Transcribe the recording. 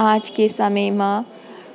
आज के समे म